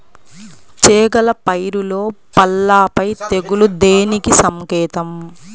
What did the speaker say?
చేగల పైరులో పల్లాపై తెగులు దేనికి సంకేతం?